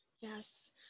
Yes